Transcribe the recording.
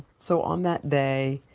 so on that day,